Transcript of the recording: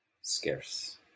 scarce